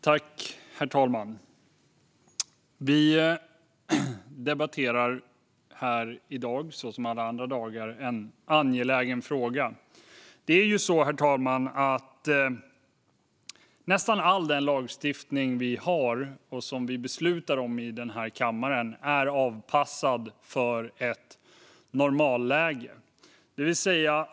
Herr talman! Vi debatterar i dag, liksom vi gör alla andra dagar, en angelägen fråga. Nästan all lagstiftning vi har i Sverige och som vi beslutar om i den här kammaren är avpassad för ett normalläge.